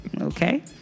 Okay